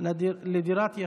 לדירה יחידה),